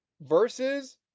versus